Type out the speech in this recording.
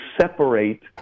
separate